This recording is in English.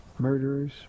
murderers